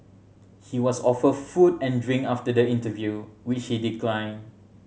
he was offered food and drink after the interview which he declined